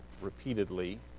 repeatedly